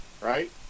Right